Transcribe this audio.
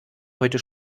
heute